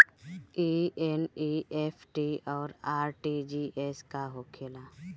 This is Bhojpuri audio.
ई एन.ई.एफ.टी और आर.टी.जी.एस का होखे ला?